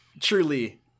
Truly